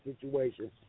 situation